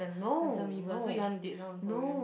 answer me first so you want date someone Korean